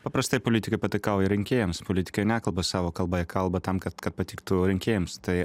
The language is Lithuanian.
paprastai politikai pataikauja rinkėjams politikai nekalba savo kalba jie kalba tam kad kad patiktų rinkėjams tai